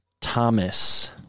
Thomas